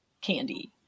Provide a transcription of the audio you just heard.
candy